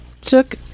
took